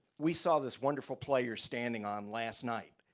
we saw this wonderful play you're standing on last night,